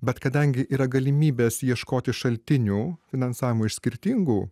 bet kadangi yra galimybės ieškoti šaltinių finansavimo iš skirtingų